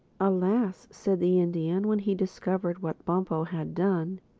alas! said the indian when he discovered what bumpo had done.